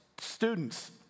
students